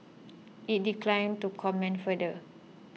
it declined to comment further